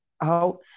out